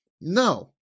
No